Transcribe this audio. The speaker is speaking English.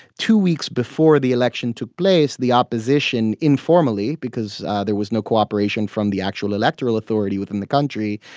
two weeks before the election took place, the opposition, informally because there was no cooperation from the actual electoral authority within the country,